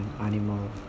animal